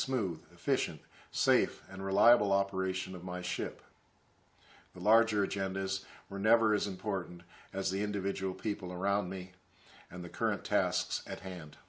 smooth efficient safe and reliable operation of my ship the larger agendas were never as important as the individual people around me and the current tasks at hand